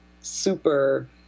super